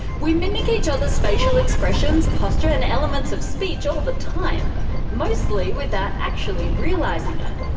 we mimic each other's facial expressions, posture and elements of speech all the time mostly without actually realising it.